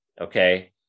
Okay